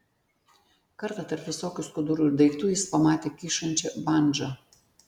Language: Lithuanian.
kartą tarp visokių skudurų ir daiktų jis pamatė kyšančią bandžą